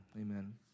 amen